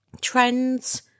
trends